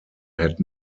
had